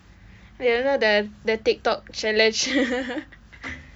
oh you know the the tiktok challenge